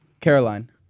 Caroline